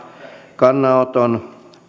kannanoton